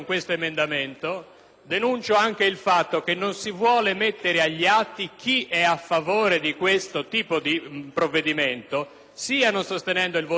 Denuncio anche il fatto che non si vuole mettere agli atti chi è a favore di questo tipo di provvedimento, sia non sostenendo il voto elettronico, sia,